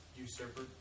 usurper